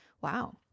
Wow